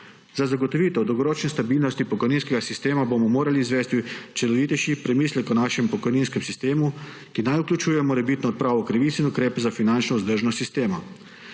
Za zagotovitev dolgoročne stabilnosti pokojninskega sistema bomo morali izvesti celovitejši premislek o našem pokojninskem sistemu, ki naj vključuje morebitno odpravo krivic in ukrepe za finančno vzdržnost sistema.